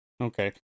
Okay